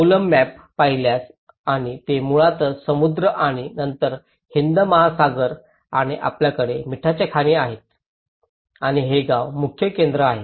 Kovalam map पाहिल्यास आणि हे मुळातच समुद्र आणि नंतर हिंद महासागर आणि आपल्याकडे मीठाच्या खाणी आहेत आणि हेच गावचे मुख्य केंद्र आहे